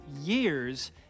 years